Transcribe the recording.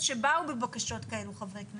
ובאו חברי כנסת בבקשות כאלה,